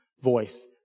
voice